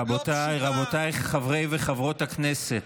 רבותיי חברי וחברות הכנסת,